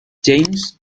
james